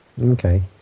Okay